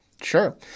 Sure